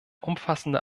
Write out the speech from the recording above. umfassende